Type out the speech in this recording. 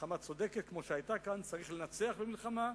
במלחמה צודקת, כמו שהיתה כאן, צריך לנצח במלחמה,